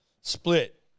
split